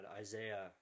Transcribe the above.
Isaiah